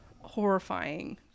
horrifying